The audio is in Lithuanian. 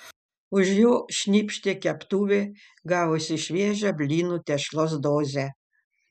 už jo šnypštė keptuvė gavusi šviežią blynų tešlos dozę